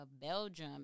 Belgium